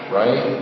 right